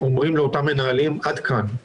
אומרים לאותם מנהלים: עד כאן.